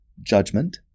judgment